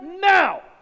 now